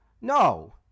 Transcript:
no